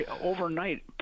overnight